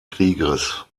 krieges